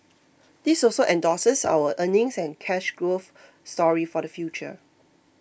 this also endorses our earnings and cash growth story for the future